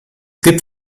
gibt